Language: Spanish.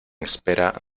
espera